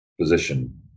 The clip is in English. position